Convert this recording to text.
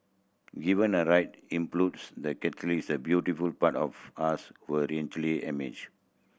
given the right the catalyst the beautiful part of us will emerge